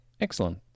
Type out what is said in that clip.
excellent